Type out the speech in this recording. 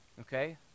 Okay